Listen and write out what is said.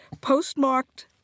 Postmarked